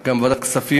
גם בוועדת הכספים,